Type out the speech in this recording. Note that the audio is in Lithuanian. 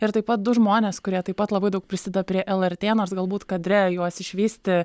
ir taip pat du žmonės kurie taip pat labai daug prisideda prie lrt nors galbūt kadre juos išvysti